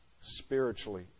spiritually